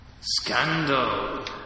Scandal